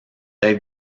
être